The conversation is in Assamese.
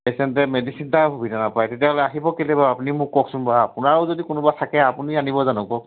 পেচেণ্টে মেডিচিন এটা সুবিধা নাপায় তেতিয়াহ'লে আহিব কেলেই বাৰু আপুনি মোক কওকচোন বাৰু আপোনাৰো যদি কোনোবা থাকে আপুনি আনিব জানো কওক